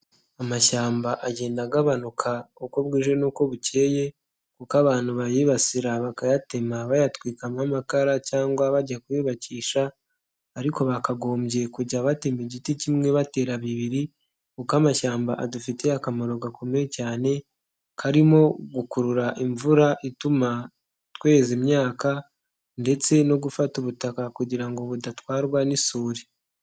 Amashyamba agenda agabanuka uko bwije n'uko bukeye kuko abantu bayibasira bakayatema bayatwikamo amakara cyangwa bajya kuyubakisha ariko bakagombye kujya batemba igiti kimwe batera bibiri kuko amashyamba adufitiye akamaro gakomeye cyane karimo gukurura imvura ituma tweza imyaka ndetse no gufata ubutaka kugira ngo budatwarwa n'isuri.